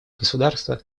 государства